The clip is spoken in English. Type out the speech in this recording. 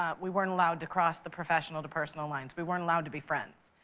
um we weren't allowed to cross the professional to personal lines. we weren't allowed to be friends.